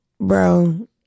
bro